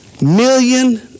Million